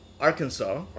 Arkansas